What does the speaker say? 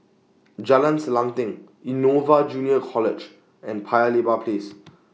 Jalan Selanting Innova Junior College and Paya Lebar Place